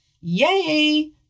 Yay